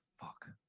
Fuck